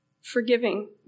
forgiving